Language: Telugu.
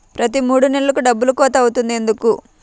ప్రతి మూడు నెలలకు డబ్బులు కోత అవుతుంది ఎందుకు?